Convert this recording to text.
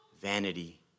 vanity